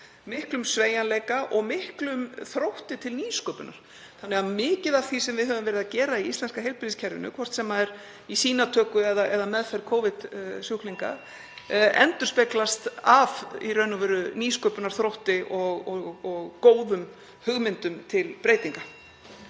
miklum sveigjanleika og miklum þrótti til nýsköpunar. Margt af því sem við höfum verið að gera í íslenska heilbrigðiskerfinu, hvort sem er í sýnatöku eða meðferð Covid-sjúklinga, endurspeglast af nýsköpunarþrótti og góðum hugmyndum til breytinga.